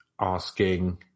asking